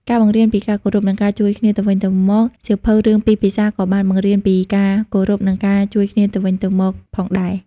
ការបង្រៀនពីការគោរព និងការជួយគ្នាទៅវិញទៅមកសៀវភៅរឿងពីរភាសាក៏បានបង្រៀនពីការគោរព និងការជួយគ្នាទៅវិញទៅមកផងដែរ។